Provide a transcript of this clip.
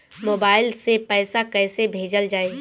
Mobile से पैसा कैसे भेजल जाइ?